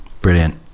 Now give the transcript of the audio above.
brilliant